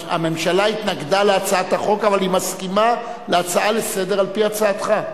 היא מסכימה להצעה לסדר-היום על-פי הצעתך.